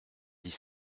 dix